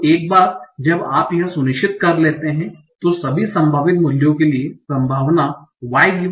तो एक बार जब आप यह सुनिश्चित कर लेते हैं कि सभी संभावित मूल्यों के लिए संभावना y